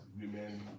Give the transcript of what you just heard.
women